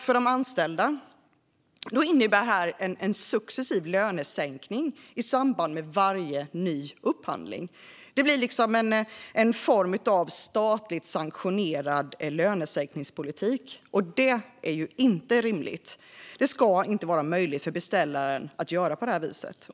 För de anställda innebär detta en successiv lönesänkning i samband med varje ny upphandling. Det blir en form av statligt sanktionerad lönesänkningspolitik. Det är inte rimligt. Det ska inte vara möjligt för beställaren att göra på detta sätt.